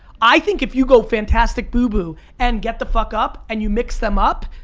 i think if you go fantastic boo-boo and get the fuck up and you mix them up,